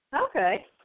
Okay